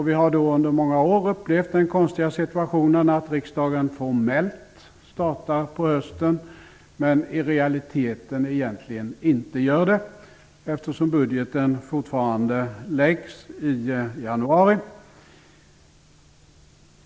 Vi har under många år upplevt den konstiga situationen att riksdagen formellt startar på hösten men i realiteten egentligen inte gör det, eftersom budgeten fortfarande läggs fram i januari.